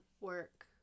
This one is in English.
work